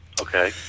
Okay